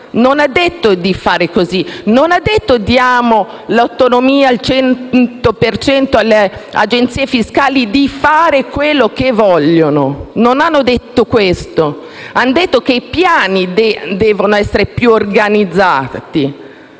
non hanno detto di fare così; non hanno detto di dare l'autonomia completa alle agenzie fiscali per fare quello che vogliono. Non hanno detto questo. Hanno detto che i piani devono essere più organizzati.